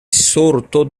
sorto